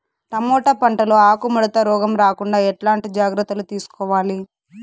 Tomato పంట లో ఆకు ముడత రోగం రాకుండా ఎట్లాంటి జాగ్రత్తలు తీసుకోవాలి?